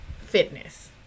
fitness